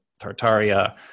Tartaria